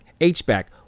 H-back